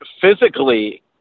Physically